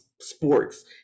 sports